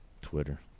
Twitter